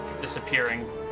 disappearing